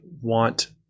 want